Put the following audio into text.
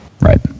Right